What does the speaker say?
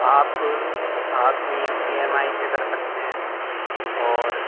آپ آپ E M E M I سے کر سکتے ہیں اور